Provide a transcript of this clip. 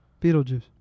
Beetlejuice